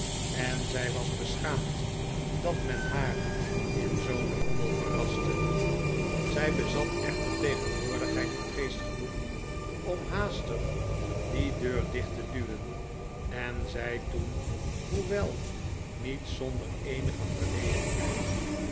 en zij was beschaamd dat men haar in zoo'n rommel verraste zij bezat echter tegenwoordigheid van geest genoeg om haastig die deur dicht te duwen en zei toen hoewel niet zonder eenige